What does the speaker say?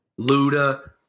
Luda